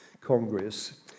Congress